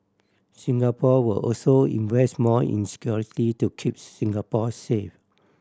Singapore will also invest more in security to keeps Singapore safe